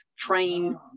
train